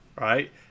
right